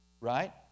right